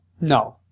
No